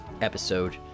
episode